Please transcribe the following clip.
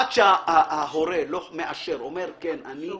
עד שההורה לא מאשר, אומר: כן, אני